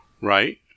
Right